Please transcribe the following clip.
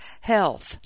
health